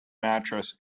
mattress